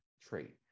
trait